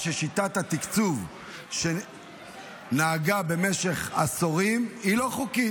ששיטת התקצוב שנהגה במשך עשורים היא לא חוקית.